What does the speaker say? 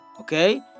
okay